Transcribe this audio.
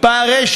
פערים,